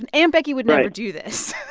and aunt becky would never do this